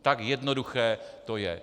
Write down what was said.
Tak jednoduché to je.